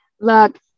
Look